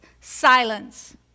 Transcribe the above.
Silence